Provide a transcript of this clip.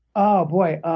oh, boy,